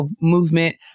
movement